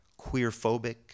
queerphobic